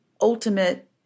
ultimate